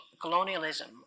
colonialism